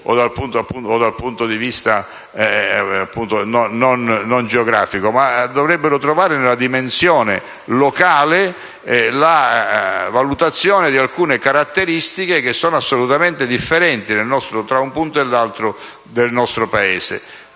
dal punto di vista amministrativo o geografico, ma nella dimensione locale la valutazione di alcune caratteristiche che sono assolutamente differenti tra un punto e l'altro del nostro Paese.